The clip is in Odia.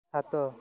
ସାତ